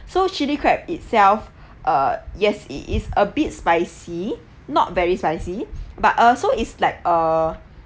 so chilli crab itself uh yes it is a bit spicy not very spicy but uh so is like a